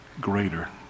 greater